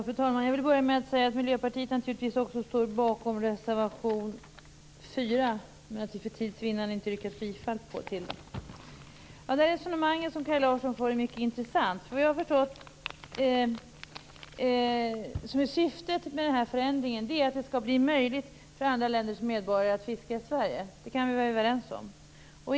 Fru talman! Jag vill börja med att säga att Miljöpartiet naturligtvis står bakom också reservation 4, men jag kommer för tids vinnande inte att yrka bifall till den. Det resonemang som Kaj Larsson för är mycket intressant. Såvitt jag förstår är syftet med förändringen att det skall bli möjligt för andra länders medborgare att fiska i Sverige. Det kan vi vara överens om.